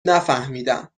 نفهمیدم